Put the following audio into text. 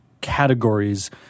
categories